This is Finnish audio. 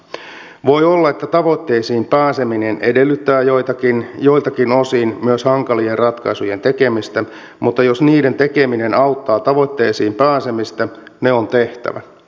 voi olla että tavoitteisiin pääseminen edellyttää joiltakin osin myös hankalien ratkaisujen tekemistä mutta jos niiden tekeminen auttaa tavoitteisiin pääsemistä ne on tehtävä